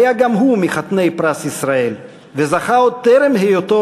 היה גם הוא מחתני פרס ישראל וזכה עוד טרם היותו